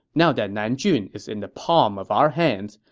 now that nanjun is in the palm of our hands,